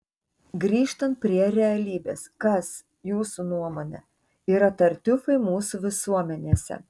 grįžtant prie realybės kas jūsų nuomone yra tartiufai mūsų visuomenėse